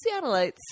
Seattleites